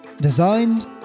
designed